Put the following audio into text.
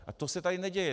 A to se tady neděje.